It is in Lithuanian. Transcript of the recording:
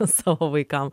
savo vaikam